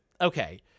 Okay